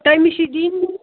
تٔمِس چھِ دِنۍ